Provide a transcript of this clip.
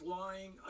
lying